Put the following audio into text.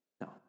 No